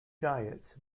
diet